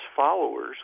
followers